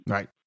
Right